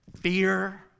fear